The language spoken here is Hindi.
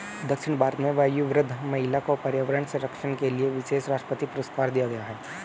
दक्षिण भारत में वयोवृद्ध महिला को पर्यावरण संरक्षण के लिए विशेष राष्ट्रपति पुरस्कार दिया गया है